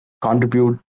contribute